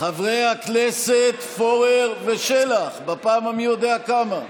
חברי הכנסת פורר ושלח, בפעם המי-יודע-כמה.